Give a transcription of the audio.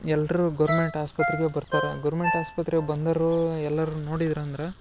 ಎಲ್ಲರೂ ಗೌರ್ಮೆಂಟ್ ಆಸ್ಪತ್ರಿಗೆ ಬರ್ತರ ಗೋರ್ಮೆಂಟ್ ಆಸ್ಪತ್ರೆಗೆ ಬಂದರೂ ಎಲ್ಲರನ್ನೂ ನೋಡಿದ್ರ ಅಂದ್ರ